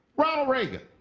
ronald reagan.